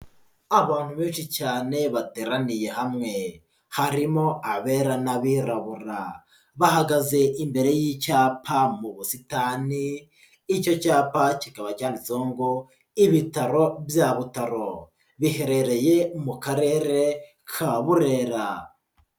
Abantu benshi cyane bateraniye hamwe, harimo abera n'abirabura, bahagaze imbere y'icyapa mu busitani, icyo cyapa kikaba cyanditseho ngo ''ibitaro bya Butaro,'' biherereye mu Karere ka Burera.